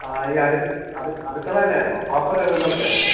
ആ ഈ അടുക്കളയിലേതാണോ പാത്രം കഴുകുന്നയിടത്തെയാണോ